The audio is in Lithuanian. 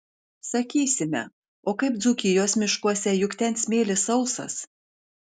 sakysime o kaip dzūkijos miškuose juk ten smėlis sausas